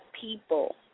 people